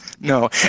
No